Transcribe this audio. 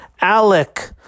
Alec